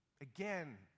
Again